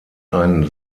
ein